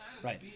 Right